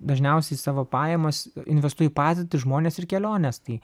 dažniausiai savo pajamas investuoju į patirtį žmones ir keliones tai